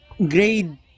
Grade